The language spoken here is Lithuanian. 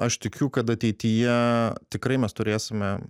aš tikiu kad ateityje tikrai mes turėsime